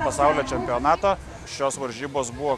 pasaulio čempionatą šios varžybos buvo